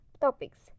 topics